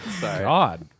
God